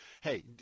hey